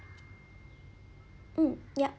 mm yup